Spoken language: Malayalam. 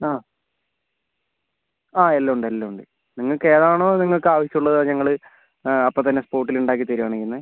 ആ ആ എല്ലാം ഉണ്ട് എല്ലാം ഉണ്ട് നിങ്ങൾക്കേതാണോ നിങ്ങൾക്ക് ആവശ്യം ഉള്ളത് അത് ഞങ്ങൾ അപ്പം തന്നെ സ്പോട്ടിൽ ഉണ്ടാക്കി തരുവാണ് ചെയ്യുന്നത്